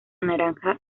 naranja